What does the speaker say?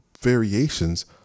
variations